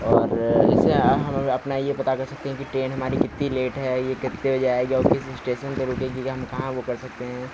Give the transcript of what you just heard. और इसे हम अपन यह पता कर सकते हैं कि ट्रेन हमारी कितनी लेट है यह कितने बजे आएगी और किस स्टेशन पर रुकेगी कि हम कहाँ वह कर सकते हैं